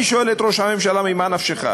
אני שואל את ראש הממשלה: ממה נפשך?